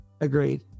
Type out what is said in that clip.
Agreed